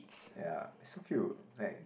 ya so cute like